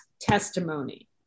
testimony